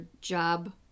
job